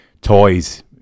toys